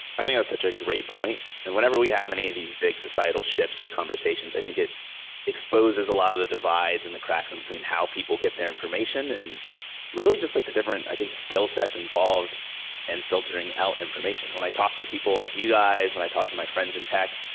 i think that's such a great point, and whenever we have any of these big societal shifts or conversations, i think it exposes a lot of the divides and the cracks in between how people get their information and really just like the different i think skillsets involved and filtering out information. when i talk to people like you guys, when i talk to my friends in tech,